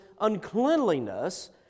uncleanliness